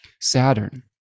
Saturn